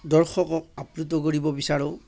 দৰ্শকক আপ্লুত কৰিব বিচাৰোঁ